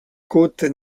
cotes